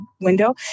window